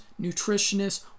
nutritionists